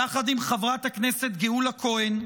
יחד עם חברת הכנסת גאולה כהן,